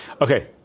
Okay